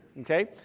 okay